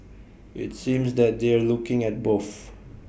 IT seems that they're looking at both